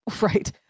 right